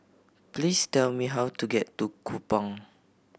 please tell me how to get to Kupang